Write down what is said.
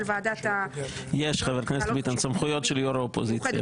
"ועדת תשתיות בעלות חשיבות לאומית מיוחדת,